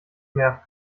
mehr